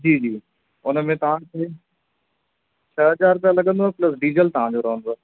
जी जी हुन में तव्हांखे छह हज़ार रुपया लॻंदव प्लस डीजल तव्हांजो रहंदुव